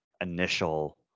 initial